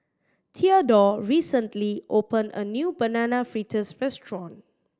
Theadore recently opened a new Banana Fritters restaurant